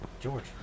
George